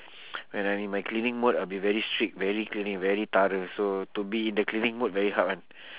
when I'm in my cleaning mode I'll be very strict very cleaning very thorough so to be in the cleaning mode very hard [one]